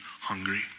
hungry